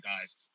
guys